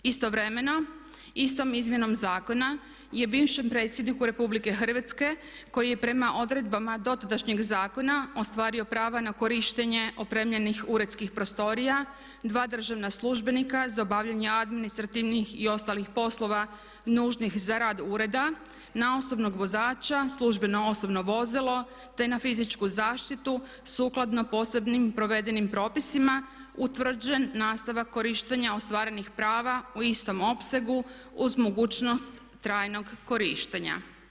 Istovremeno, istom izmjenom zakona je bivšem predsjedniku Republike Hrvatske koji je prema odredbama dotadašnjeg zakona ostvario prava na korištenje opremljenih uredskih prostorija, dva državna službenika za obavljanje administrativnih i ostalih poslova nužnih za rad ureda, na osobnog vozača, službeno osobno vozilo, te na fizičku zaštitu sukladno posebnim provedenim propisima utvrđen nastavak korištenja ostvarenih prava u istom opsegu uz mogućnost trajnog korištenja.